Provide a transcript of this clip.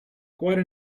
quite